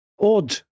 odd